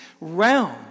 realm